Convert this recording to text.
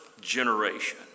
generation